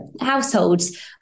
households